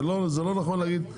זה לא נכון להגיד.